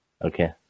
Okay